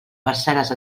parcel·les